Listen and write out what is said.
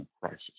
crisis